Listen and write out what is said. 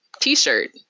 t-shirt